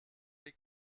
les